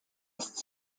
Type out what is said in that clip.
ist